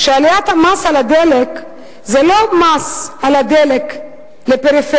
העלאת המס על הדלק זה לא מס על הדלק לפריפריה,